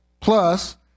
Plus